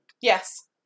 yes